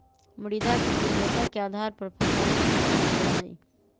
मृदा के गुणवत्ता के आधार पर फसलवन के चूनल जा जाहई